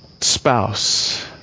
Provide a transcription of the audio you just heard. spouse